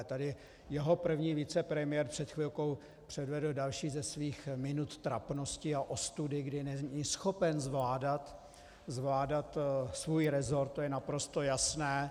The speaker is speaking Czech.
Tady jeho první vicepremiér před chvilkou předvedl další ze svých minut trapnosti a ostudy, kdy není schopen zvládat svůj resort, to je naprosto jasné.